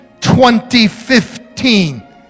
2015